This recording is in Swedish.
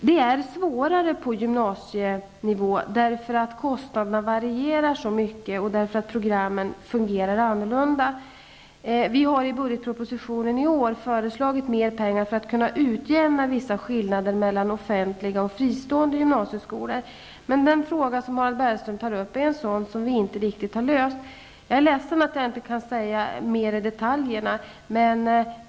Frågan är svår att lösa på gymnasienivå, eftersom kostnaderna varierar mycket och programmen fungerar annorlunda. Vi har i budgetpropositionen i år föreslagit mer pengar för att kunna utjämna vissa skillnader mellan offentliga och fristående gymnasieskolor. Men den fråga som Harald Bergström tar upp är en sådan som vi inte riktigt har löst. Jag är ledsen att jag inte kan ge fler detaljer.